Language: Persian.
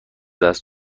دست